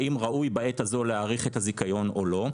האם ראוי בעת הזו להאריך את הזיכיון או לא.